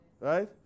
Right